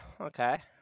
okay